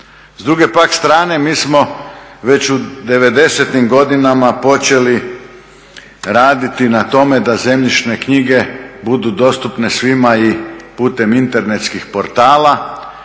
S druge pak strane, mi smo već u '90.-im godinama počeli raditi na tome da zemljišne knjige budu dostupne svima i putem internetskih portala.